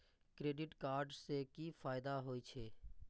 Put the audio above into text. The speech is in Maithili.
क्रेडिट कार्ड से कि फायदा होय छे?